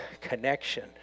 connection